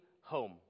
home